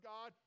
God